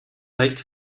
leicht